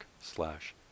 slash